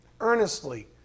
Earnestly